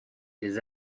les